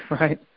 right